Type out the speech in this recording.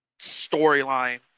storyline